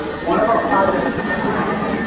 one of our projects a couple of years